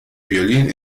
violín